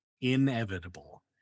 inevitable